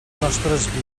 nostres